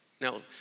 Now